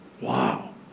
Wow